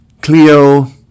Cleo